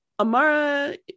Amara